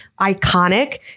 iconic